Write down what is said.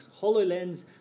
HoloLens